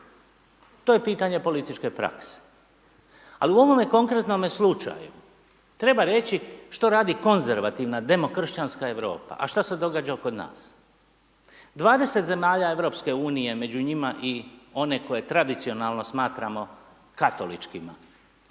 to je pitanje političke prakse. Ali u ovome konkretnom slučaju, treba reći što radi konzervativna demokršćanska Europa a što se događa oko nas. 20 zemalja EU-a, među njima i one koje tradicionalno smatramo katoličkima,